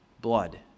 blood